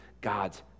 God's